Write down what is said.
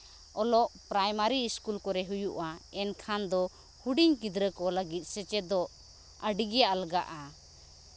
ᱚᱞᱚᱜ primary school ᱠᱚᱨᱮ ᱦᱩᱭᱩᱜᱼᱟ ᱮᱱᱠᱷᱟᱱ ᱫᱚ ᱦᱩᱰᱤᱧ ᱜᱤᱫᱽᱨᱟᱹ ᱠᱚ ᱞᱟᱹᱜᱤᱫ ᱥᱮᱪᱮᱫᱚᱜ ᱟᱹᱰᱤᱜᱮ ᱟᱞᱜᱟᱜᱼᱟ